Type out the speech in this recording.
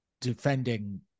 defending